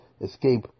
escape